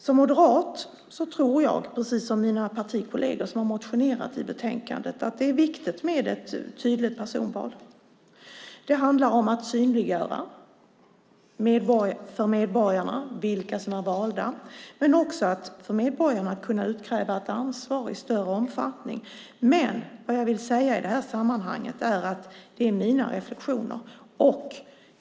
Som moderat tror jag, precis som mina partikolleger som har motioner som tas upp i detta betänkande, att det är viktigt med ett tydligt personval. Det handlar om att synliggöra för medborgarna vilka som är valda. Men det handlar också för medborgarna om att i större omfattning kunna utkräva ett ansvar. Vad jag vill säga är att det här är mina reflexioner.